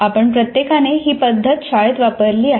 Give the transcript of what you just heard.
आपण प्रत्येकाने ही पद्धत शाळेत वापरली आहे